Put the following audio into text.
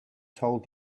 told